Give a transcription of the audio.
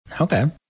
Okay